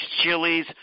chilies